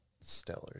stellar